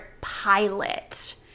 pilot